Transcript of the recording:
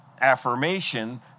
affirmation